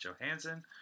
Johansson